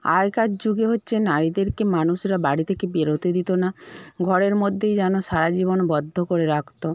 আগেকার যুগে হচ্ছে নারীদেরকে মানুষরা বাড়ি থেকে বেরোতে দিত না ঘরের মধ্যেই যেন সারাজীবন বদ্ধ করে রাখত